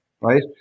right